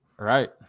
Right